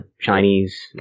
Chinese